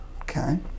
Okay